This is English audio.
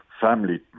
family